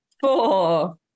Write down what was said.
four